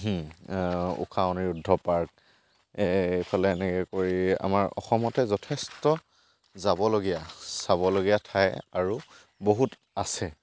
Usha Aniruddha park এইফালে এনেকৈ কৰি আমাৰ অসমতে যথেষ্ট যাবলগীয়া চাবলগীয়া ঠাই আৰু বহুত আছে